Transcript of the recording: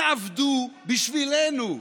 תעבדו בשבילנו,